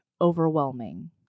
overwhelming